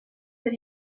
that